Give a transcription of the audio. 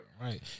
right